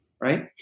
right